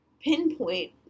pinpoint